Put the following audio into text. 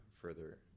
further